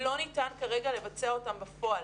לא ניתן כרגע לבצע אותן בפועל.